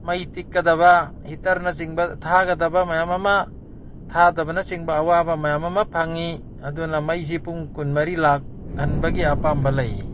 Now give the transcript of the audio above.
ꯃꯩ ꯇꯤꯛꯀꯗꯕ ꯍꯤꯇꯔꯅꯆꯤꯡꯕ ꯊꯥꯒꯗꯕ ꯃꯌꯥꯝ ꯑꯃ ꯊꯥꯗꯕꯅꯆꯤꯡꯕ ꯑꯋꯥꯕ ꯃꯌꯥꯝ ꯑꯃ ꯐꯪꯉꯤ ꯑꯗꯨꯅ ꯃꯩꯁꯤ ꯄꯨꯡ ꯀꯨꯟ ꯃꯔꯤ ꯂꯥꯛꯍꯟꯕꯒꯤ ꯑꯄꯥꯝꯕ ꯂꯩ